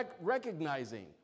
recognizing